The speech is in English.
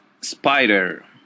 spider